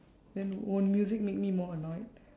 then won't music make me more annoyed